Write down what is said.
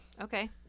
Okay